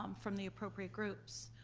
um from the appropriate groups.